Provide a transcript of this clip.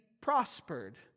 prospered